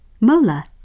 Mola